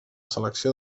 selecció